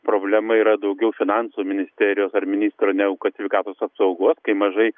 problema yra daugiau finansų ministerijos ar ministro negu kad sveikatos apsaugos kai mažai